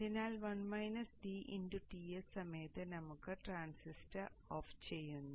അതിനാൽ Ts സമയത്ത് നമുക്ക് ട്രാൻസിസ്റ്റർ ഓഫ് ചെയ്യുന്നു